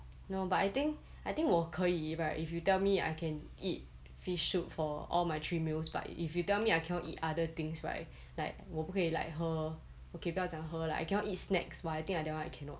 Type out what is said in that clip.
no but I think I think 我可以 right if you tell me I can eat fish soup for all my three meals but if you tell me I cannot eat other things right like 我不可以 like 喝 okay 不要讲喝 lah like I cannot eat snacks !wah! I think like that one cannot